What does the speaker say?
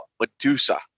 medusa